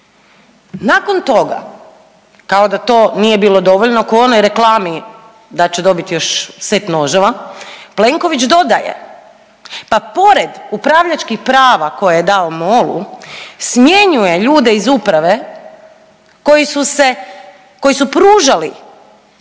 Nakon toga, kao da to nije bilo dovoljno ko u onoj reklami da će dobiti još set noževa, Plenković dodaje pa pored upravljačkih prava koje je dao MOL-u smjenjuje ljude iz uprave koji su se,